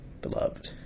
beloved